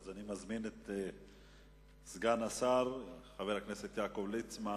אני מזמין את סגן השר חבר הכנסת יעקב ליצמן